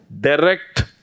direct